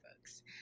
folks